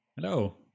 Hello